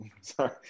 sorry